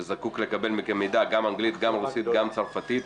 שזקוק לקבל מכם מידע גם באנגלית גם ברוסית גם בצרפתית.